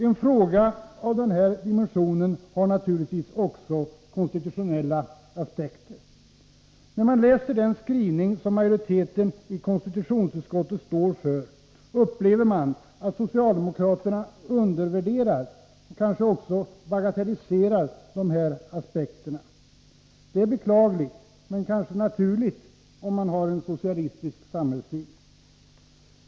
En fråga av den här dimensionen har naturligtvis också konstitutionella aspekter. När man läser den skrivning som majoriteten i konstitutionsutskottet står för upplever man att socialdemokraterna undervärderar och kanske också bagatelliserar dessa aspekter. Detta är beklagligt, men kanske naturligt, om man har en socialistisk samhällssyn.